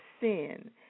sin